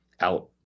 out